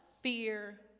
fear